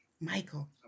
Michael